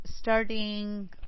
Starting